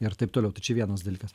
ir taip toliau tai čia vienas dalykas